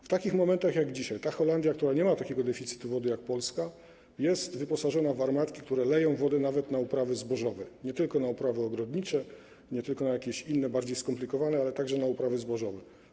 W takich momentach jak dzisiaj ta Holandia, która nie ma takiego deficytu wody jak Polska, jest wyposażona w armatki, które leją wodę nawet na uprawy zbożowe, nie tylko na uprawy ogrodnicze, nie tylko na jakieś inne bardziej skomplikowane, ale także na uprawy zbożowe.